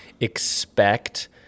expect